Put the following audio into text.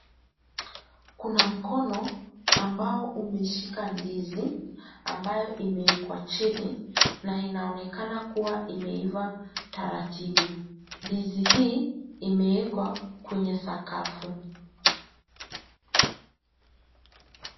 Kuna mkono ambao umeshika ndizi, ambayo imeekwa chini na inaonekana kuwa imeiva taratibu. Ndizi hii imeekwa kwenye sakafu.